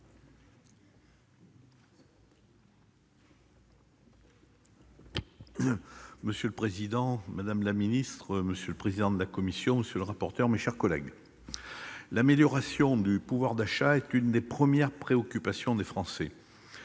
Monsieur le président, madame la ministre, monsieur le président de la commission, monsieur le rapporteur, mes chers collègues, l'amélioration du pouvoir d'achat est une des premières préoccupations des Français.